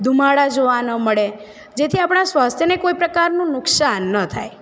ધુમાળા જોવા ન મળે જેથી આપણા સ્વાસ્થ્યને કોઈ પ્રકારનું નુકસાન ન થાય